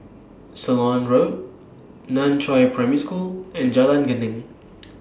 Ceylon Road NAN Chiau Primary School and Jalan Geneng